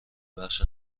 بخش